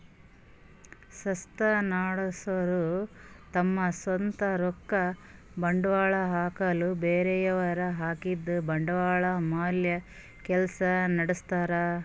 ಸಂಸ್ಥಾ ನಡಸೋರು ತಮ್ ಸ್ವಂತ್ ರೊಕ್ಕ ಬಂಡ್ವಾಳ್ ಹಾಕಲ್ಲ ಬೇರೆಯವ್ರ್ ಹಾಕಿದ್ದ ಬಂಡ್ವಾಳ್ ಮ್ಯಾಲ್ ಕೆಲ್ಸ ನಡಸ್ತಾರ್